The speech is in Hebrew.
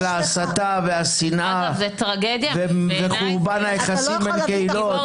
ההסתה והשנאה וחורבן היחסים בין קהילות?